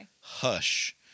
Hush